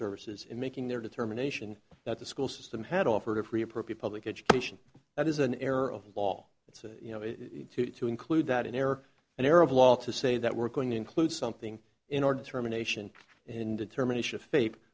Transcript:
services in making their determination that the school system had offered a free appropriate public education that is an error of law it's a you know to to include that in error an error of law to say that we're going to include something in order to terminate in determination of fa